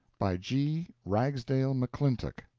by g. ragsdale mcclintock,